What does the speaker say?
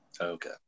Okay